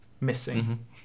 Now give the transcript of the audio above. missing